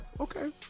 Okay